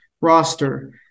roster